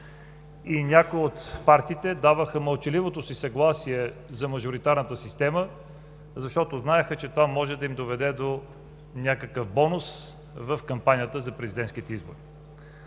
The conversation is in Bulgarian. Някои от партиите даваха мълчаливото си съгласие за мажоритарната система, защото знаеха, че това може да им доведе до някакъв бонус в кампанията за президентските избори.